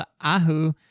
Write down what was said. Ahu